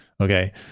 Okay